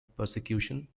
persecution